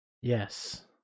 Yes